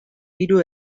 hiru